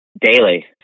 Daily